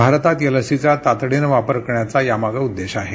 भारतात या लसीचा तातडीने वापर करण्याचा यामागे उद्देश आहे